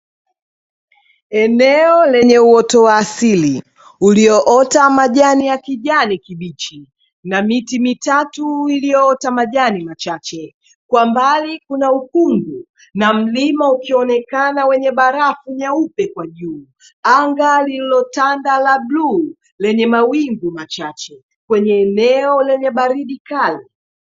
Eneo lenye uoto wa asili, uliota majani ya kijani kibichi, na miti mitatu iliota majani machache. Kwa mbali, kuna ukungu na mlima ukionekana wenye barafu nyeupe kwa juu. Anga lilotanda la bluu lenye mawingu machache, kwenye eneo lenye baridi kali.